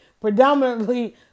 predominantly